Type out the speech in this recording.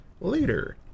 later